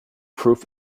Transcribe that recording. proof